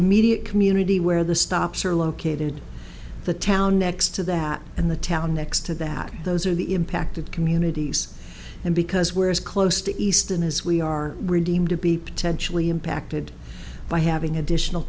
immediate community where the stops are located the town next to that and the town next to that those are the impacted communities and because where as close to easton as we are redeemed to be potentially impacted by having additional